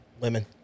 Women